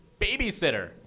Babysitter